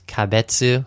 kabetsu